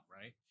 right